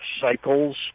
cycles